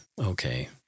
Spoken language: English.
Okay